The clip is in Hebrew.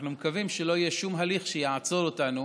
אנחנו מקווים שלא יהיה שום הליך שיעצור אותנו